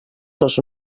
tos